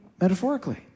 metaphorically